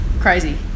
Crazy